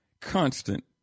constant